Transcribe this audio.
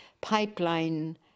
pipeline